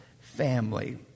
family